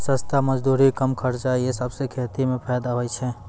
सस्ता मजदूरी, कम खर्च ई सबसें खेती म फैदा होय छै